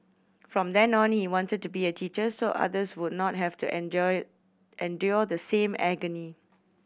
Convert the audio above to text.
from then on he wanted to be a teacher so others would not have to enjoy endure the same agony